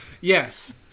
Yes